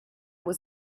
was